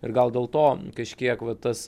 ir gal dėl to kažkiek vat tas